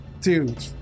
Dude